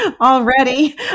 already